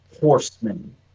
horsemen